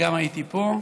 וגם הייתי פה,